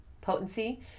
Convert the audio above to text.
potency